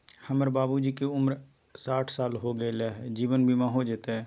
हमर बाबूजी के उमर साठ साल हो गैलई ह, जीवन बीमा हो जैतई?